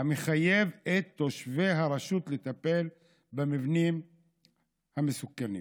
המחייב את תושבי הרשות לטפל במבנים המסוכנים.